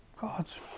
God's